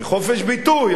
כחופש ביטוי,